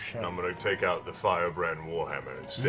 and i'm gonna take out the firebrand warhammer instead.